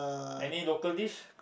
any local dish